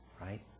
right